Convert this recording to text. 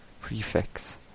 Prefix